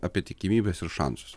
apie tikimybes ir šansus